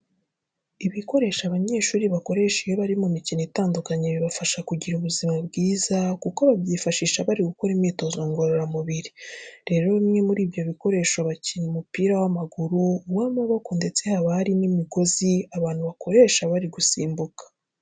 Ibikoresho abanyeshuri bakoresha iyo bari mu mikino itandukanye bibafasha kugira ubuzima bwiza kuko babyifashisha bari gukora imyitozo ngororamubiri. Rero bimwe muri byo babikoresha bakina umupira w'amaguru, uw'amaboko ndetse haba harimo n'imigozi abantu bakoresha bari gusimbuka.